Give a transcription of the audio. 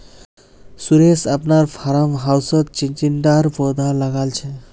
सुरेश अपनार फार्म हाउसत चिचिण्डार पौधा लगाल छ